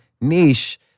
niche